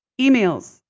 emails